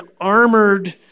armored